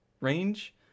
range